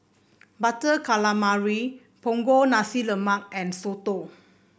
Butter Calamari Punggol Nasi Lemak and soto